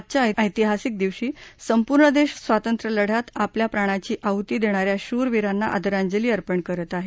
आजच्या ऐतिहासिक दिवशी संपूर्ण देश स्वातंत्र्य लढयात आपल्या प्राणांची आहुती देणान्या शूर वीरांना आदरांजली अर्पण करत आहे